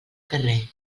carrer